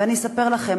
תודה רבה לך,